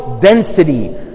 density